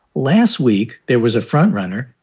last week there was a frontrunner.